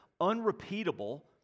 unrepeatable